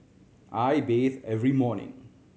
I bathe every morning